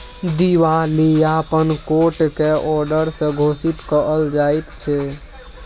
दिवालियापन कोट के औडर से घोषित कएल जाइत छइ